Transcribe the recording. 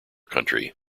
country